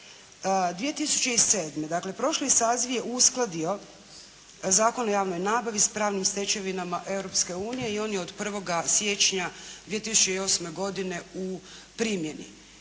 2007., dakle prošli saziv je uskladio Zakon o javnoj nabavi s pravnim stečevinama Europske unije i on je od 1. siječnja 2008. godine u primjeni.